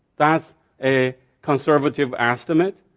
that's a conservative estimate.